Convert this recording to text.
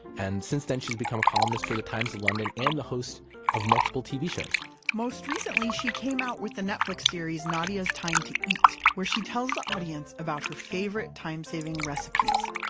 and since then she's become a columnist for the times of london and the host of multiple tv shows most recently, she came out with the netflix series, nadiya's time to eat where she tells the audience about her favorite time-saving recipes